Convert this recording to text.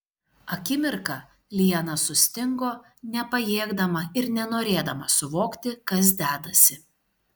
akimirką liana sustingo nepajėgdama ir nenorėdama suvokti kas dedasi